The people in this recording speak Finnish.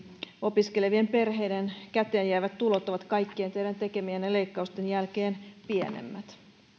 opiskelevien perheiden käteen jäävät tulot ovat kaikkien teidän tekemienne leikkausten jälkeen pienemmät